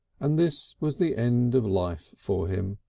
and this was the end of life for him!